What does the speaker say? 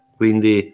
quindi